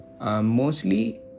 Mostly